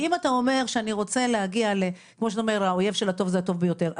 ואם אתה אומר שהאויב של הטוב זה הטוב ביותר,